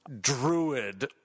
Druid